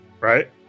right